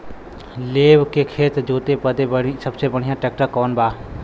लेव के खेत जोते बदे सबसे बढ़ियां ट्रैक्टर कवन बा?